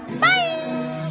Bye